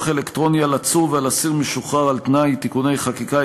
אלקטרוני על עצור ועל אסיר משוחרר על-תנאי (תיקוני חקיקה),